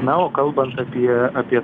na o kalbant apie apie